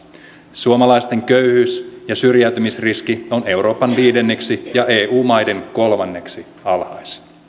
suomalaisten köyhyys ja syrjäytymisriski on euroopan viidenneksi ja eu maiden kolmanneksi alhaisin